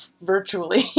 virtually